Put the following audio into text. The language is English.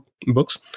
books